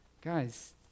guys